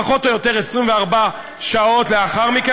פחות או יותר 24 שעות לאחר מכן.